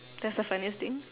that's the funniest thing